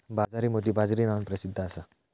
बाजरी मोती बाजरी नावान प्रसिध्द असा